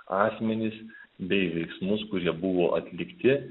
asmenis bei veiksmus kurie buvo atlikti